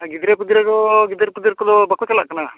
ᱟᱨ ᱜᱤᱫᱽᱨᱟᱹ ᱯᱤᱫᱽᱨᱟᱹ ᱜᱤᱫᱽᱨᱟᱹ ᱠᱚ ᱯᱤᱫᱽᱨᱟᱹ ᱠᱚᱫᱚ ᱵᱟᱠᱚ ᱪᱟᱞᱟᱜ ᱠᱟᱱᱟ